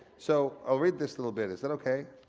so, i'll read this little bit, is that okay?